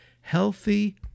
Healthy